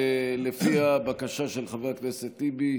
לפי הבקשה של חבר הכנסת טיבי,